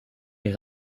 est